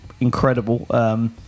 incredible